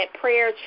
prayer